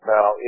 Now